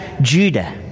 Judah